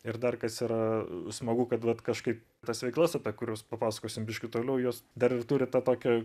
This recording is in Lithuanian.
ir dar kas yra smagu kad vat kažkaip tas veiklas apie kuriuos papasakosim biškį toliau jos dar ir turi tą tokį